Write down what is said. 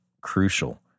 crucial